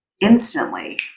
Instantly